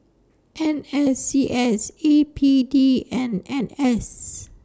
N S C S A P D and N S